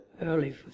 early